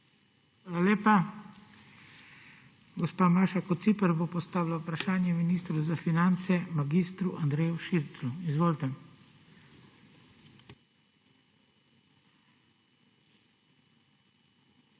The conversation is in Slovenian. Hvala lepa. Gospa Maša Kociper bo postavila vprašanje ministru za finance mag. Andreju Širclju. Izvolite. MAŠA